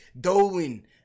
Dolan